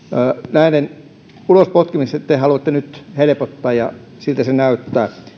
näiden ulospotkimista te te haluatte nyt helpottaa siltä se näyttää